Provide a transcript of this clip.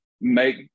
make